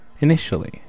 Initially